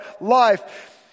life